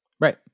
Right